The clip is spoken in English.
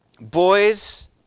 Boys